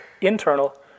internal